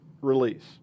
release